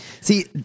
See